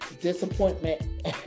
disappointment